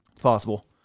Possible